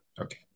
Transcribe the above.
Okay